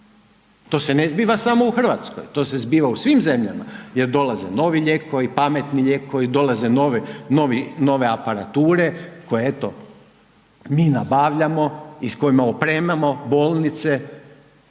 to se ne zbiva samo u RH, to se zbiva u svim zemljama jer dolaze novi lijek, koji pametni lijek, koje dolaze nove aparature koje eto mi nabavljamo i s kojima opremamo bolnice